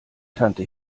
tante